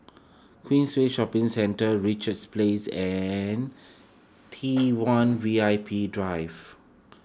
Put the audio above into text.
Queensway Shopping Centre Richards Place and T one V I P Drive